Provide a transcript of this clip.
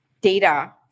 data